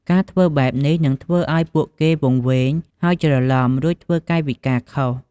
ការធ្វើបែបនេះនឹងធ្វើឱ្យពួកគេវង្វេង ហើយច្រឡំុ រួចធ្វើកាយវិការខុស។